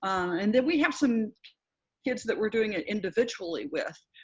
and then we have some kids that we're doing it individually with.